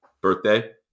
birthday